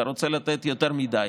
אתה רוצה לתת יותר מדי.